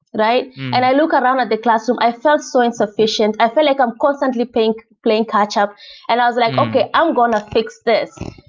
right? and i look around at the classroom, i felt so insufficient. i felt like i'm constantly playing catch up and i was like, okay. i'm going to fix this.